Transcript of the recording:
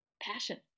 passion